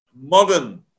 modern